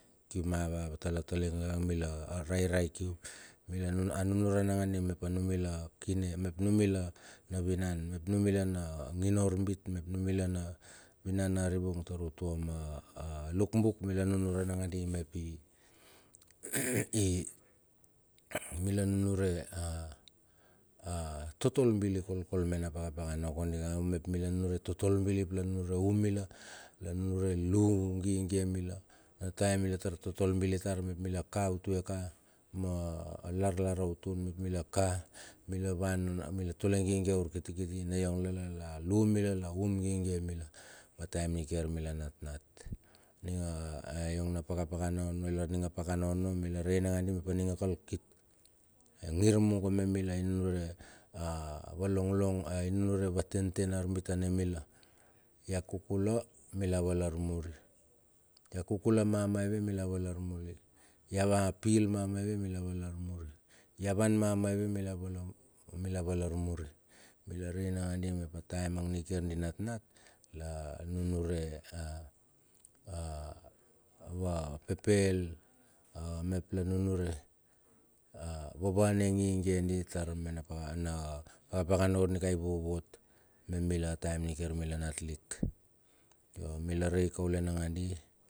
Kium a va talatala ing yongan mila rai ria kium, mila a nunuran nagandi mep a numila a kine, mep anumila na vinan, mep a mumila na nginor bit, mep numila na vinan arivungtar utua ma luk buk mila nunuran nagandi mep i i mila nunure a a totol bili kolkol me na pakapaka na kondi ka. Ang mila lik nunure totol bili ap la nunure um mila, nunure lu gigie mila, a taem mila tar totol bilitar, mep mila ka utue ka, ma lar lar autun mila ka mila van, mila tole gigie aur kitikiti ne iong lala. La lu mila la um gigie mila a taem mila natnat. Ning a yong na pakapaka onno ilar a ning a pakana onno mila rei nakandi nep a ning a kal kit, ingir mungo me mila inunure a wa long long a inunure vatenten ar bitane mila. Ya kukula mila vala muri ya kukula mamaive mila walar muri, ya pil mamaive mila valar muri, ya van mamaive mila valar muri, ya van mamaive mila valar muri. Mila rei nagandi mep a taem nikiar di natnat la nunure a a va pepel a mep la nunure a vavane gigie di tar mena pakapakana kondi ka i vovot me mila a taem nikiar mila nat lik. Yo mila rei kaule nagandi.